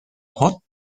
hot